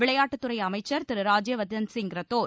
விளையாட்டுத்துறை அமைச்சர் திரு ராஜ்யவர்தன் சிங் ரத்தோர்